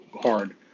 hard